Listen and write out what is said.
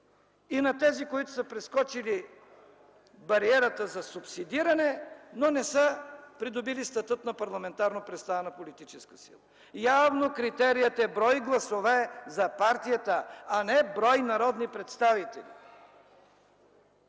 и на тези, които са прескочили бариерата за субсидиране, но не са придобили статут на парламентарно представена политическа сила? Явно критерият е брой гласове за партията, а не брой народни представители!